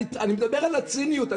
אני מדבר על הציניות.